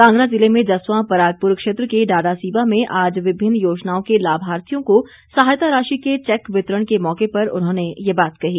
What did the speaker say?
कांगड़ा जिले में जस्वां परागपुर क्षेत्र के डाडासीबा में आज विभिन्न योजनाओं के लाभार्थियों को सहायता राशि के चैक वितरण के मौके पर उन्होंने ये बात कही